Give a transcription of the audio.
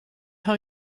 how